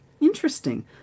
interesting